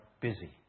busy